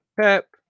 pep